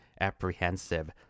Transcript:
apprehensive